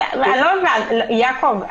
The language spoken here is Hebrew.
יעקב,